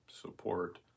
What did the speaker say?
support